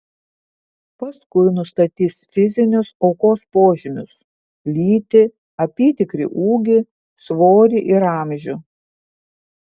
paskui nustatys fizinius aukos požymius lytį apytikrį ūgį svorį ir amžių